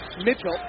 Mitchell